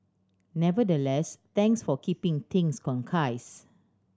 nevertheless thanks for keeping things concise